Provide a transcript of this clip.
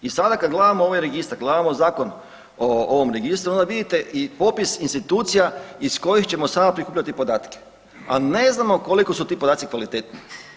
I sada kad gledamo ovaj registar, gledamo Zakon o ovom registru onda vidite i popis institucija iz kojih ćemo samo kliknuti podatke, a ne znamo koliko su ti podaci kvalitetni.